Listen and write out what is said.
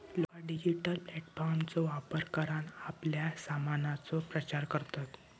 लोका डिजिटल प्लॅटफॉर्मचा वापर करान आपल्या सामानाचो प्रचार करतत